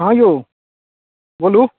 हाँ यौ बोलू